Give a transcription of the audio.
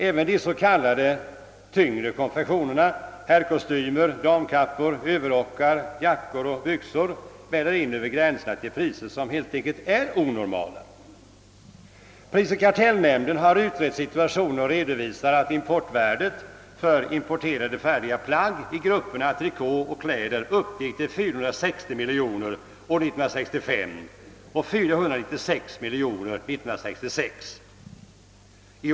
Även den s.k. tyngre konfektionen — herrkostymer, damkappor, överrockar, jackor och byxor — väller in över gränserna till priser som är onormala. Prisoch kartellnämnden har utrett situationen och redovisar, att importvärdet för importerade färdiga plagg i grupperna trikå och kläder uppgick till 460 miljoner år 1965 och 496 miljoner kronor år 1966.